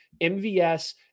MVS